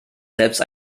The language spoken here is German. selbst